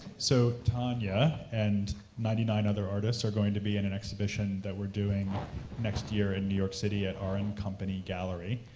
so, tanya and ninety nine other artists are going to be in an exhibition that we're doing next year in new york city at r and company gallery,